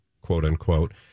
quote-unquote